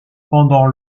pendant